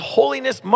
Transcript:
holiness